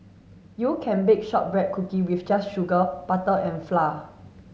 you can bake shortbread cookie with just sugar butter and flour